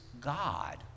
God